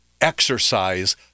exercise